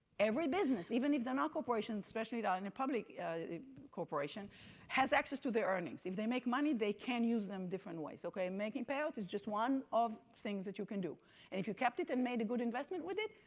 every business, even if they're not corporation, especially in a and and public corporation has access to their earnings. if they make money, they can use them different ways, okay? making payoffs is just one of things that you can do. and if you kept it and made a good investment with it,